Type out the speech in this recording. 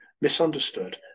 misunderstood